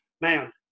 man